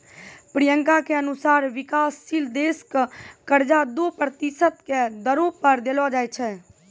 प्रियंका के अनुसार विकाशशील देश क कर्जा दो प्रतिशत के दरो पर देलो जाय छै